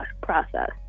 process